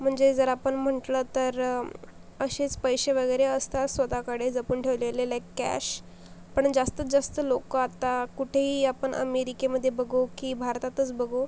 म्हणजे जर आपण म्हटलं तर असेच पैशे वगैरे असतात स्वतःकडे जपून ठेवलेले लाईक कॅश पण जास्तीत जास्त लोकं आता कुठेही आपण अमेरिकेमध्ये बघू की भारतातच बघू